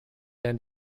end